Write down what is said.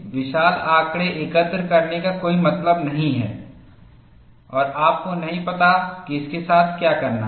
विशाल आंकड़े एकत्र करने का कोई मतलब नहीं है और आपको नहीं पता कि इसके साथ क्या करना है